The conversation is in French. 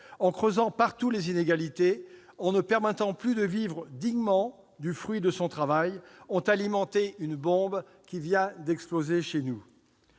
en creusant partout les inégalités, en ne permettant plus de vivre dignement du fruit de son travail, ont alimenté une bombe qui vient d'exploser chez nous.